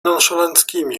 nonszalanckimi